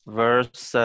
verse